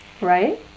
Right